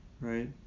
Right